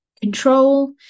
control